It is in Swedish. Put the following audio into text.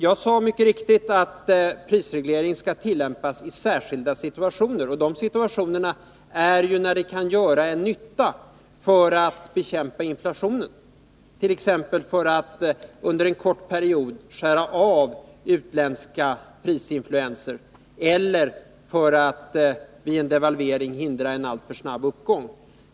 Jag sade mycket riktigt att prisreglering skall tillämpas i särskilda situationer, nämligen i sådana situationer när den kan göra nytta för att bekämpa inflationen —t.ex. för att under en kort period skära av utländska prisinfluenser eller för att vid en devalvering hindra en alltför snabb uppgång.